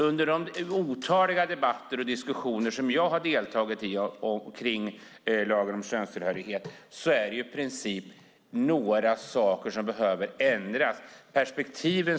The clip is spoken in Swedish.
Under de otaliga debatter och diskussioner som jag har deltagit i om lagen om könstillhörighet har det handlat om ett par saker som har behövts ändras.